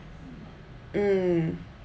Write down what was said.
mm